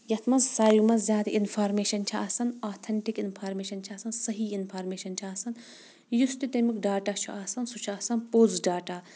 یتھ منٛز ساروے منٛز زیادٕ انفارمیشن چھِ آسان آتھیٚنٹِک انفارمیشن چھِ آسان صحیح انفارمیشن چھِ آسان یُس تہِ تمیُک ڈاٹا چھُ آسان سُہ چھُ آسان پوٚز ڈاٹا